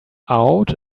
out